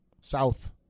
South